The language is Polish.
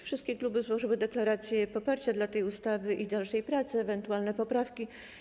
Wszystkie kluby złożyły deklaracje poparcia dla tej ustawy i dalszej pracy, ewentualne poprawki.